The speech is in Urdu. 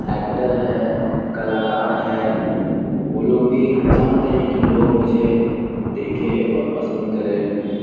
ایکٹر ہے کلاکار ہے وہ لوگ بھی چاہتے ہیں کہ لوگ مجھے دیکھے اور پسند کرے